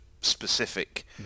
specific